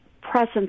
presence